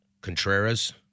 Contreras